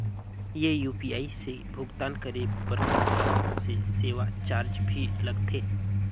ये यू.पी.आई से भुगतान करे पर खाता से सेवा चार्ज भी लगथे?